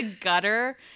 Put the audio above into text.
gutter